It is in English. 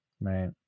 Right